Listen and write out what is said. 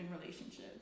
relationships